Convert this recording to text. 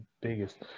biggest